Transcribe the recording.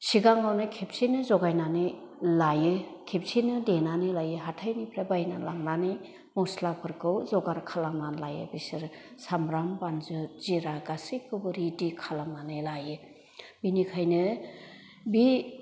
सिगाङावनो खेबसेनो जगायनानै लायो खेबसेनो देनानै लायो हाथायनिफ्राय बायना लांनानै मस्लाफोरखौ जगार खालामना लायो बिसोरो सामब्राम बानजु जिरा गासैखौबो रिडि खालामनानै लायो बिनिखायनो बे